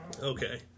Okay